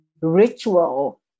ritual